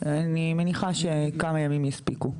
אני מניחה שכמה ימים יספיקו.